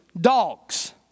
dogs